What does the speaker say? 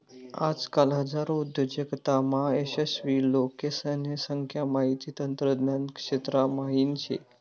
आजकाल हजारो उद्योजकतामा यशस्वी लोकेसने संख्या माहिती तंत्रज्ञान क्षेत्रा म्हाईन शे